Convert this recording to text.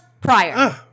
prior